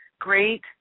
great